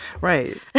Right